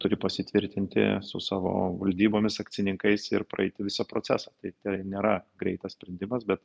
turi pasitvirtinti su savo valdybomis akcininkais ir praeiti visą procesą tai tai nėra greitas sprendimas bet